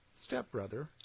stepbrother